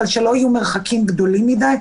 אבל לא שיהיה מרחק גדול מידי.